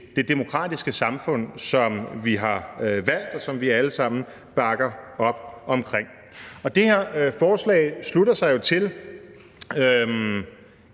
det demokratiske samfund, som vi har valgt, og som vi alle sammen bakker op om. Det her forslag slutter sig jo til